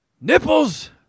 Nipples